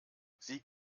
sie